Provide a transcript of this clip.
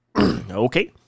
Okay